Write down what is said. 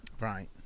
Right